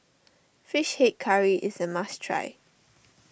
Fish Head Curry is a must try